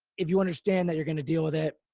if you understand that you're going to deal with it.